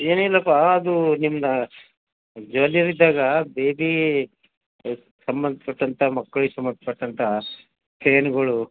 ಏನಿಲ್ಲಪ್ಪ ಅದು ನಿಮ್ಮದು ಜುವೆಲ್ರಿದ್ದಗಾ ಬೇಬಿ ಸಂಬಂಧ ಪಟ್ಟಂಥ ಮಕ್ಳಿಗೆ ಸಂಬಂಥ ಪಟ್ಟಂಥ ಚೈನ್ಗಳು